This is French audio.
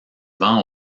vend